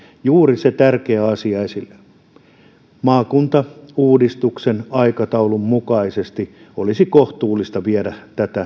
juuri se tärkeä asia esille maakuntauudistuksen aikataulun mukaisesti olisi kohtuullista viedä